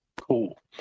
Cool